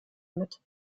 mit